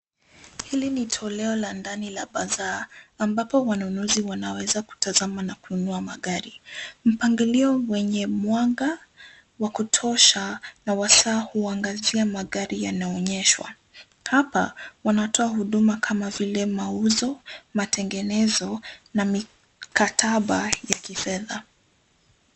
Hili ni toleo la ndani la bazaar ambapo wanunuzi wanaweza kutazama na kununua magari. Mpangilio wenye mwanga wa kutosha na wa saa kuangazia magari yanaonyeshwa. Hapa wanatoa huduma kama vile mauzo, matengenezo na mikataba ya kifedha.